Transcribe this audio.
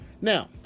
Now